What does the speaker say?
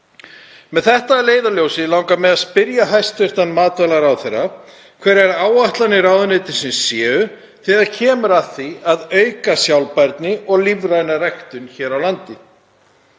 Með þetta að leiðarljósi langar mig að spyrja hæstv. matvælaráðherra hverjar áætlanir ráðuneytisins séu þegar kemur að því að auka sjálfbærni og lífræna ræktun hér á landi.